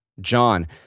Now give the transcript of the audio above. John